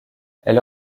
elle